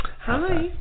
Hi